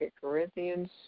Corinthians